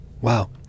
Wow